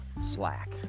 slack